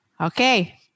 Okay